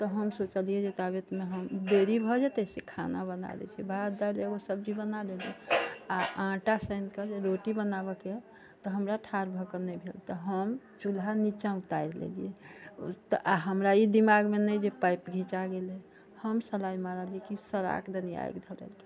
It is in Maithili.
तऽ हम सोचलियै ताबे तिना हम देरी भऽ जेतै से खाना बना लै छी भात दालि एगो सब्जी बना लेलीह आ आँटा सानिके जे रोटी बनाबऽके है तऽ हमरा ठार भऽ के नहि भेल तऽ हम चूल्हा निच्चा उतारि लेलियै आ हमरा ई दिमागमे नहि जे पाइप घिचा गेलै हम सलाइ बारलियै कि सराक दनि आगि धऽ लेलकै